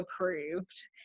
approved